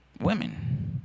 women